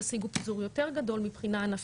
תשיגו פיזור יותר גדול מבחינה ענפית,